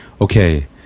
okay